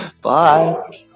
Bye